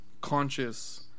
conscious